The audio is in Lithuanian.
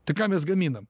tai ką mes gaminam